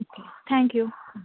thank you